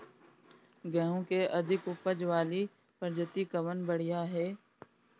गेहूँ क अधिक ऊपज वाली प्रजाति कवन बढ़ियां ह?